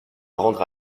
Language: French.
rendre